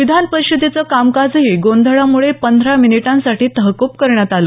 विधानपरिषदेचं कामकाजही गोंधळामुळे पंधरा मिनिटांसाठी तहकूब करण्यात आलं